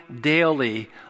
daily